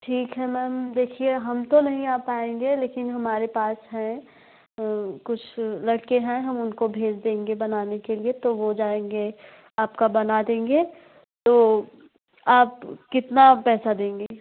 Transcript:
ठीक है मैम देखिए हम तो नहीं आ पाएँगे लेकिन हमारे पास हैं कुछ लड़के हैं हम उनको भेज देंगे बनाने के लिए तो वह जाएँगे आपका बना देंगे तो आप कितना पैसा देंगी